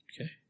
Okay